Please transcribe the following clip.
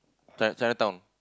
chi~ Chinatown